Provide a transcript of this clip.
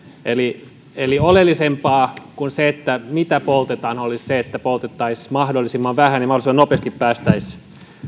eli eli oleellisempaa kuin se mitä poltetaan olisi se että poltettaisiin mahdollisimman vähän niin että mahdollisimman nopeasti päästäisiin